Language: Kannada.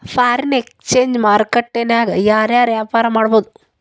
ಫಾರಿನ್ ಎಕ್ಸ್ಚೆಂಜ್ ಮಾರ್ಕೆಟ್ ನ್ಯಾಗ ಯಾರ್ ಯಾರ್ ವ್ಯಾಪಾರಾ ಮಾಡ್ಬೊದು?